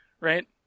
Right